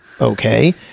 Okay